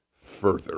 further